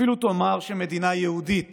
אפילו תאמר שמדינה יהודית